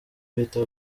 bita